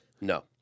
No